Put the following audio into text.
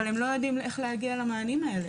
אבל הם לא יודעים איך להגיע למענים האלה.